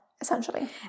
Essentially